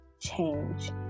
change